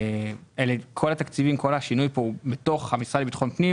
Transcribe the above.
כל השינוי כאן הוא בתוך המשרד לביטחון פנים